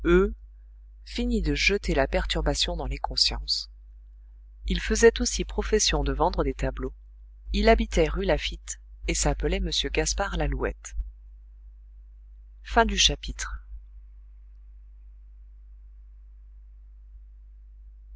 finit de jeter la perturbation dans les consciences il faisait aussi profession de vendre des tableaux il habitait rue laffitte et s'appelait m gaspard lalouette